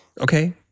Okay